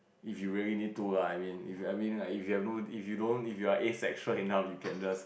if you really need to lah I mean if I mean like if you have don't if you are asexual enough you can just